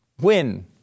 win